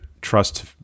trust